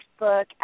Facebook